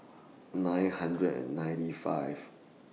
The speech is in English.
nine hundred and ninety five